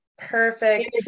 Perfect